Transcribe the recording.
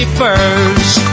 first